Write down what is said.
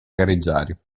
gareggiare